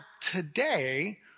today